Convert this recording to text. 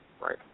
right